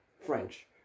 French